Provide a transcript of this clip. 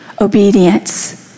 obedience